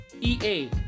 EA